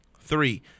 Three